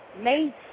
made